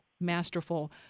masterful